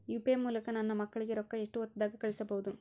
UPI ಮೂಲಕ ನನ್ನ ಮಕ್ಕಳಿಗ ರೊಕ್ಕ ಎಷ್ಟ ಹೊತ್ತದಾಗ ಕಳಸಬಹುದು?